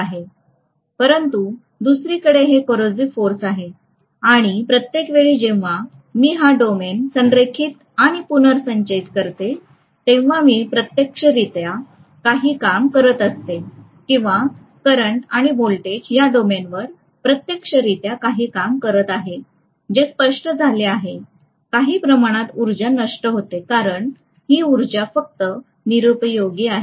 परंतु दुसरीकडे हे coersive force आहे आणि प्रत्येक वेळी जेव्हा मी हा डोमेन संरेखित आणि पुनर्संचयित करते तेव्हा मी प्रत्यक्षरित्या काही काम करीत असते किंवा करंट आणि व्होल्टेज या डोमेनवर प्रत्यक्षरित्या काही काम करत आहेत जे स्पष्ट झाले आहे काही प्रमाणात उर्जा नष्ट होते कारण ही उर्जा फक्त निरुपयोगी आहे